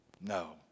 No